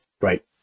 right